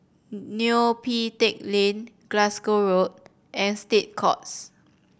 Neo Pee Teck Lane Glasgow Road and State Courts